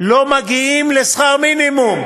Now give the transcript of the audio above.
לא מגיעים לשכר מינימום,